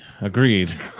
Agreed